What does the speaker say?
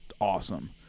awesome